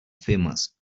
famous